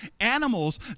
animals